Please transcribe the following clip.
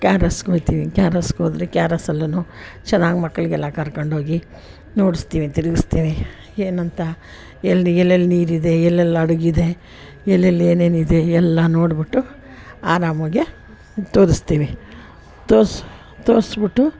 K R ಎಸ್ಸಿಗೆ ಹೋಯ್ತಿವಿ K R ಎಸ್ಸಿಗೆ ಹೋದರೆ ಕೆ ಆರ್ ಎಸ್ ಅಲ್ಲೂ ಚೆನ್ನಾಗ್ ಮಕ್ಕಳಿಗೆಲ್ಲ ಕರ್ಕೊಂಡೋಗಿ ನೋಡಿಸ್ತೀವಿ ತಿರ್ಗಸ್ತೀವಿ ಏನಂತ ಎಲ್ಲಿ ಎಲ್ಲೆಲ್ಲಿ ನೀರಿದೆ ಎಲ್ಲೆಲ್ಲಿ ಹಡಗಿದೆ ಎಲ್ಲೆಲ್ಲಿ ಏನೇನಿದೆ ಎಲ್ಲ ನೋಡಿಬಿಟ್ಟು ಆರಾಮವಾಗೆ ತೋರಿಸ್ತೀವಿ ತೋರ್ಸಿ ತೋರಿಸ್ಬಿಟ್ಟು